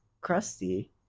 crusty